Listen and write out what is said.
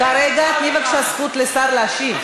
כרגע תני בבקשה זכות לשר להשיב.